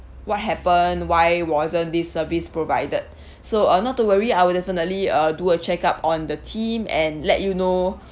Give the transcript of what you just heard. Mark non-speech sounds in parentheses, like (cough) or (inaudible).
what happened why wasn't this service provided (breath) so uh not to worry I will definitely uh do a check up on the team and let you know